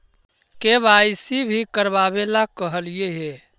KYC भी करवावेला कहलिये हे?